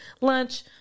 lunch